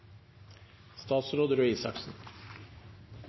Statsråd Røe Isaksen